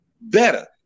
better